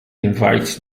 invites